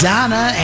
Donna